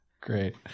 Great